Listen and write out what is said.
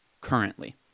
currently